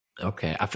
Okay